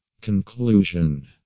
Conclusion